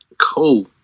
Cool